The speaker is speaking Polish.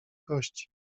gości